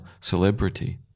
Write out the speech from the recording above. celebrity